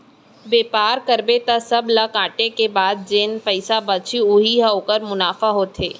बेपार करबे त सब ल काटे के बाद जेन पइसा बचही उही ह ओखर मुनाफा होथे